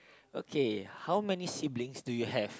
okay how many siblings do you have